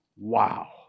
Wow